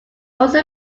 also